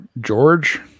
George